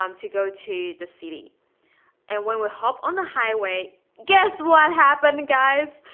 um to go to the city and when we hop on the highway guess what happened guys?